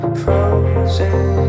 frozen